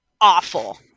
awful